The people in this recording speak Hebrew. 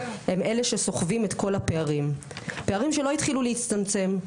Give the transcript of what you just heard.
הם אלה שסוחבים את כל הפערים - פערים שלא התחילו להצטמצם.